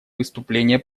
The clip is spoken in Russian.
выступление